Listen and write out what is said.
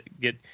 get